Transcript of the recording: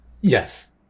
Yes